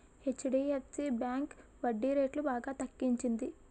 HDFC bank వడ్డీరేట్లు బాగా తగ్గించింది